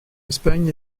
espagne